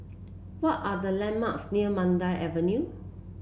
what are the landmarks near Mandai Avenue